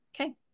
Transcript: okay